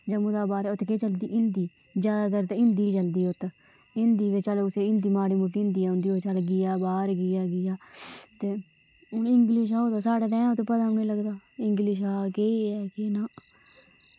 जम्मू दे बाह्र इत्त केह् चलदी हिंदी जादैतर ते हिंदी गै चलदी उत्त हिंदी ते चलो कुसै गी हिंदी ते माड़ी मुट्टी हिंदी ते होंदी होग ते बाह्र गेआ ते इंगलिश होग साढ़े ते इत्थै पता निं लगदा इंगलिश दा केह् ऐ केह् नेईं